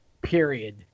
period